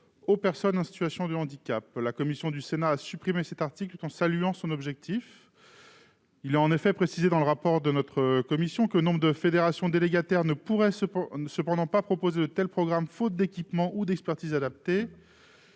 aux personnes en situation de handicap. La commission du Sénat a supprimé cet article, tout en saluant son objectif, précisant dans son rapport que nombre de fédérations délégataires ne pourraient pas proposer de tels programmes, faute d'équipements ou d'expertise adaptée,